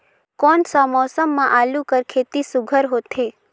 कोन सा मौसम म आलू कर खेती सुघ्घर होथे?